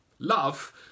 Love